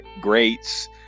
greats